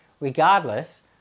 regardless